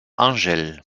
angel